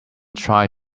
tried